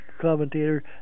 commentator